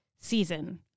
season